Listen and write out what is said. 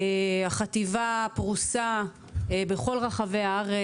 החטיבה פרוסה בכל רחבי הארץ,